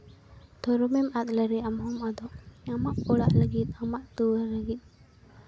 ᱫᱷᱚᱨᱚᱢᱮᱢ ᱟᱫ ᱞᱮᱨᱮ ᱟᱢ ᱦᱚᱢ ᱟᱫᱚᱜ ᱟᱢᱟᱜ ᱚᱲᱟᱜ ᱞᱟᱹᱜᱤᱫ ᱟᱢᱟᱜ ᱫᱩᱣᱟᱹᱨ ᱞᱟᱹᱜᱤᱫ